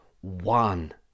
one